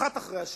אחת אחרי השנייה.